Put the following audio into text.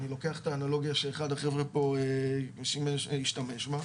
אני לוקח את האנלוגיה שאחד החבר'ה פה השתמש בה,